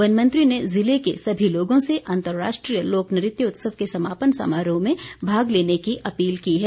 one मंत्री ने जिले के सभी लोगों से अंतर्राष्ट्रीय लोक नृत्य उत्सव के समापन समारोह में भाग लेने की अपील की है